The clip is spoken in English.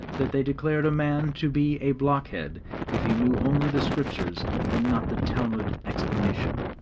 that they declared a man to be a blockhead if he knew only the scriptures and not the talmud explanation.